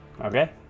Okay